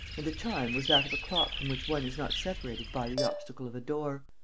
and the chime was that of a clock from which one is not separated by the obstacle of a door.